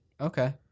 okay